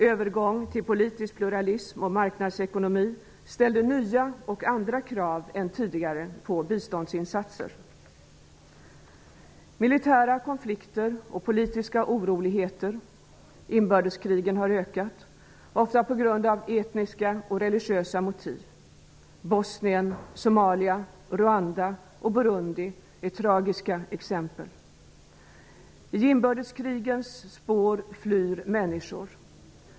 Övergång till politisk pluralism och marknadsekonomi ställde nya och andra krav än tidigare på biståndsinsatser. De militära konflikterna och politiska oroligheterna -- inbördeskrigen -- har ökat, och ofta har de etniska och religiösa motiv. Bosnien, Somalia och Rwanda/Burundi är tragiska exempel. I inbördeskrigens spår flyr människor.